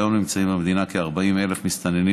היום נמצאים במדינה כ-40,000 מסתננים,